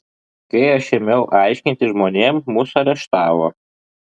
kai aš ėmiau aiškinti žmonėms mus areštavo